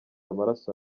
amaraso